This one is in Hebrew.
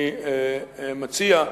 אני מציע,